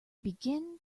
begin